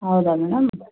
ಹೌದಾ ಮೇಡಮ್